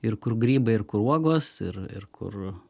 ir kur grybai ir kur uogos ir ir kur